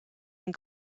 and